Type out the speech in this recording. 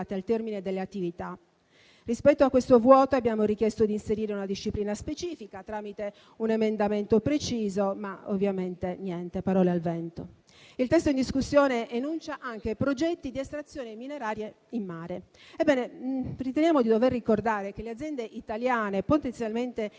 Il testo in discussione enuncia anche i progetti di estrazioni minerarie in mare. Ebbene, riteniamo di dover ricordare che le aziende italiane potenzialmente interessate